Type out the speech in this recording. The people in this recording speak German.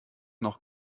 noch